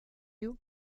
you